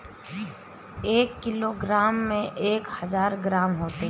एक किलोग्राम में एक हजार ग्राम होते हैं